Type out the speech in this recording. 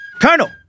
Colonel